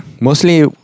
Mostly